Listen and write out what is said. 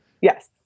Yes